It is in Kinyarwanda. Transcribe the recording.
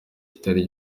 kitari